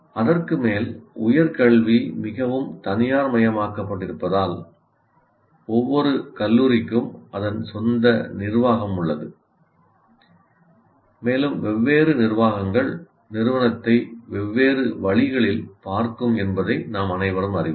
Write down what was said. அதற்கு மேல் உயர் கல்வி மிகவும் தனியார்மயமாக்கப்பட்டிருப்பதால் ஒவ்வொரு கல்லூரிக்கும் அதன் சொந்த நிர்வாகம் உள்ளது மேலும் வெவ்வேறு நிர்வாகங்கள் நிறுவனத்தை வெவ்வேறு வழிகளில் பார்க்கும் என்பதை நாம் அனைவரும் அறிவோம்